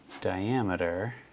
diameter